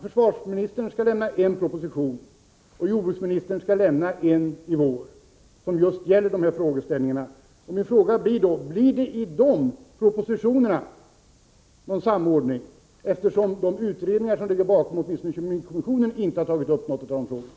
Försvarsministern och jordbruksministern skall i vår avlämna var sin proposition som gäller dessa frågeställningar. Min fråga är då: Blir det någon samordning mellan dessa propositioner? De utredningar som ligger bakom — åtminstone gäller detta för kemikommissionen — har inte tagit upp någon av frågeställningarna.